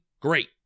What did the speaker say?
great